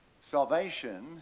salvation